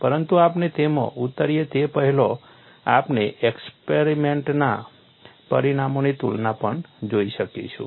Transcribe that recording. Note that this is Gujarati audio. પરંતુ આપણે તેમાં ઊતરીએ તે પહેલાં આપણે એક્સપરીમેન્ટના પરિણામોની તુલના પણ જોઈ શકીશું